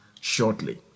shortly